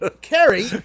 Carrie